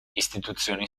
istituzioni